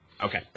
Okay